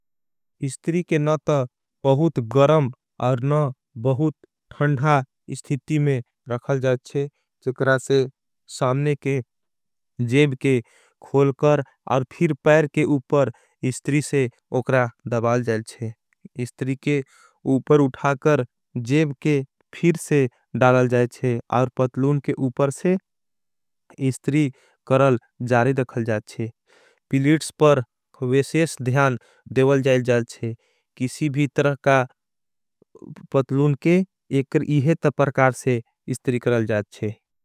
इस्तिरी के नथ बहुत गरम और न बहुत ठंड़ा इस्तिति में। रखल जाएच्छे चक्रा से सामने के जेब के खोल कर और। फिर पैर के उपर इस्तिरी से उक्रा दबाल जाएच्छे इस्तिरी। के उपर उठाकर जेब के फिर से डाल जाएच्छेपिलिटस पर। वेसेस ध्यान देवल जाएच्छे किसी भी तरह का पतलून के एकर इहेत परकार से इस्तिरी करल जाएच्छे।